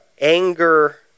anger